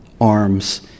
arms